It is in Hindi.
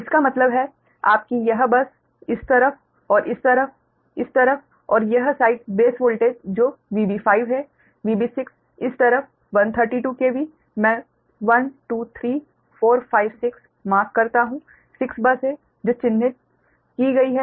इसका मतलब है आपकी यह बस इस तरफ और इस तरफ इस तरफ और यह साइड बेस वोल्टेज जो VB5 है VB6 इस तरफ 132 KV मैं 1 2 3 4 5 6 मार्क करता हूँ 6 बस है जो चिह्नित की गई है